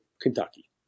Kentucky